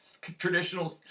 traditional